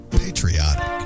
patriotic